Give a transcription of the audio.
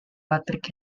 patrick